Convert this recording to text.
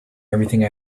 everything